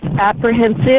apprehensive